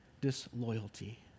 disloyalty